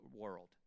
world